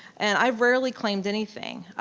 and i've rarely claimed anything.